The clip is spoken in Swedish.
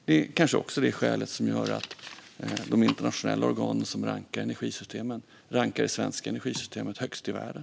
Det är kanske också skälet till att de internationella organ som rankar energisystemen rankar det svenska energisystemet högst i världen.